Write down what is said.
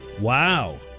Wow